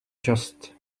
just